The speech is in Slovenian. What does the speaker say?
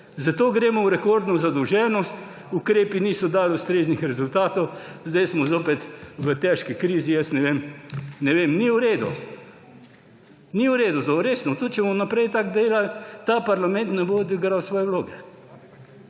Zato gremo v rekordno zadolženost. Ukrepi niso dali ustreznih rezultatov, zdaj smo zopet v težki krizi. Jaz ne vem, ne vem, ni v redu. To ni v redu. Tudi če bomo naprej tako delali, ta parlament ne bo odigral svoje vloge.